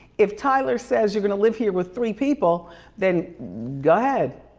if tyler says you're gonna live here with three people then go ahead.